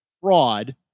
fraud